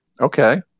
Okay